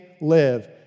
live